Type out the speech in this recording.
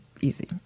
easy